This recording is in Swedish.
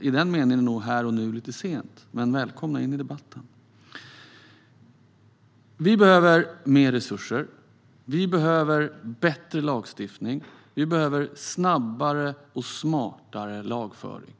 I den meningen är nog "här och nu" lite sent, men välkomna in i debatten! Vi behöver mer resurser. Vi behöver bättre lagstiftning. Vi behöver snabbare och smartare lagföring.